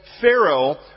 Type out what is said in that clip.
Pharaoh